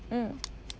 mm